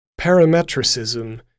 Parametricism